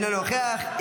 אינו נוכח.